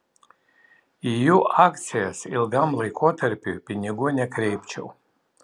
į jų akcijas ilgam laikotarpiui pinigų nekreipčiau